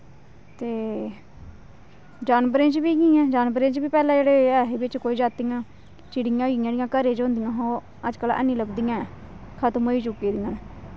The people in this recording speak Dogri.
ते जानवरें च बी इ'यां गै ते जानवरें च बी पैह्लें एह् ऐ हे प्रजातियां चिड़ियां होई गेइयां जेह्ड़ियां घरें च होंदियां हां ओह् अज्जकल हैनी लब्भदियां हैन खत्म होई चुकी दियां न